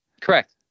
Correct